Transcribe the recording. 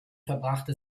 verbrachte